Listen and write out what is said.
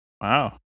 Wow